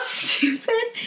stupid